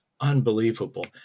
unbelievable